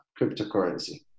cryptocurrency